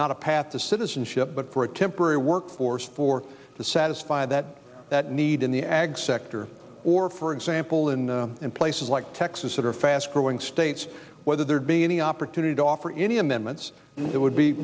not a path to citizenship but for a temporary work force for to satisfy that that need in the ag sector or for example in the places like texas that are fast growing states whether there'd be any opportunity to offer any amendments that would be